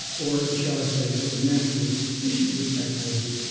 or shall i say, sort of naturally proficient with technology.